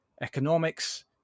economics